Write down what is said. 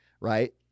right